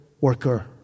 worker